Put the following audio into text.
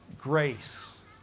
grace